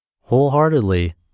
wholeheartedly